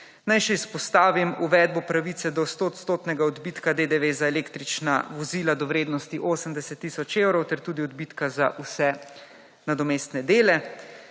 Naj še izpostavim uvedbo pravice do 100 odstotnega odbitka DDV za električna vozila do vrednosti 80 tisoč evrov ter tudi odbitka za vse nadomestne dele.